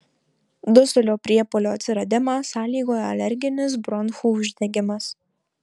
dusulio priepuolio atsiradimą sąlygoja alerginis bronchų uždegimas